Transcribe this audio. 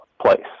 place